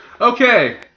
Okay